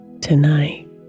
tonight